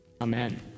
Amen